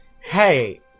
hey